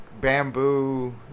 bamboo